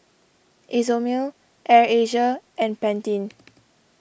Isomil Air Asia and Pantene